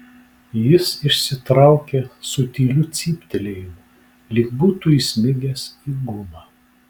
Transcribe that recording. jis išsitraukė su tyliu cyptelėjimu lyg būtų įsmigęs į gumą